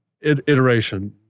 iteration